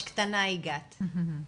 הילד הוא בדרך כלל במשפחה של העולים,